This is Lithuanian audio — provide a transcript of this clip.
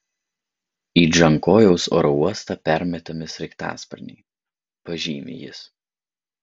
į džankojaus oro uostą permetami sraigtasparniai pažymi jis